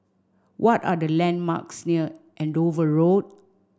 what are the landmarks near Andover Road